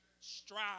Strive